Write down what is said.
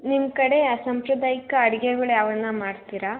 ನಿಮ್ಮ ಕಡೆ ಅ ಸಂಪ್ರದಾಯಿಕ ಅಡುಗೆಗಳು ಯಾವ್ದಾನ ಮಾಡ್ತೀರಾ